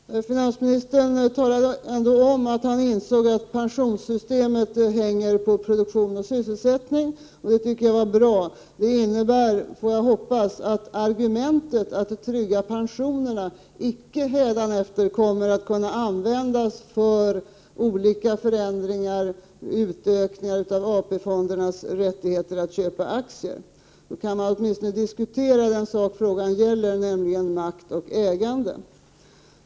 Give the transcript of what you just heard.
Herr talman! Finansministern talade ändå om att han insåg att pensionssystemet hänger på produktion och sysselsättning. Det tyckte jag var bra. Det innebär, får jag hoppas, att argumentet att trygga pensionerna icke hädanefter kommer att användas för olika förändringar, för utökningar av AP-fondernas rättigheter att köpa aktier. Då kan man åtminstone diskutera 13 vad sakfrågan gäller, nämligen makt och ägande.